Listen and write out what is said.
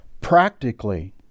Practically